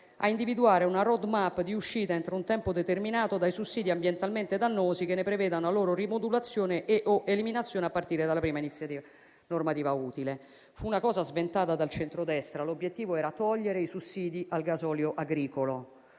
«ad individuare una *road map* di uscita, entro un tempo determinato, dai sussidi ambientalmente dannosi che ne preveda la loro rimodulazione e/o eliminazione, a partire dalla prima iniziativa normativa utile». Fu una cosa sventata dal centrodestra. L'obiettivo era togliere i sussidi al gasolio agricolo.